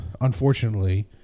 unfortunately